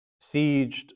sieged